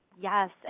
Yes